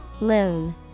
Loon